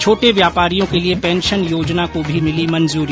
छोटे व्यापारियों के लिए पेंशन योजना को भी मिली मंजूरी